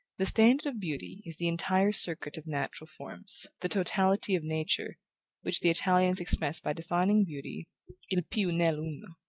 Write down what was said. the standard of beauty is the entire circuit of natural forms the totality of nature which the italians expressed by defining beauty il piu nell' uno.